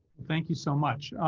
thank you so much.